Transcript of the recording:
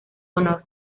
honor